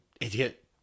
idiot